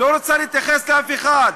לא רוצה להתייחס לאף אחד.